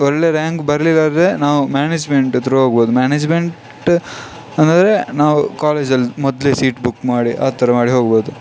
ಒಳ್ಳೆಯ ರ್ಯಾಂಕ್ ಬರ್ಲಿಲ್ಲಾಂದ್ರೆ ನಾವು ಮ್ಯಾಣೇಜ್ಮೆಂಟ್ ತ್ರೂ ಹೋಗ್ಬೋದು ಮ್ಯಾನೇಜ್ಮೆಂಟ್ ಅಂದರೆ ನಾವು ಕಾಲೇಜಲ್ಲಿ ಮೊದಲೇ ಸೀಟ್ ಬುಕ್ ಮಾಡಿ ಆ ಥರ ಮಾಡಿ ಹೋಗ್ಬೋದು